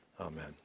Amen